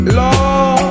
law